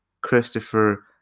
Christopher